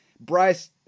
Bryce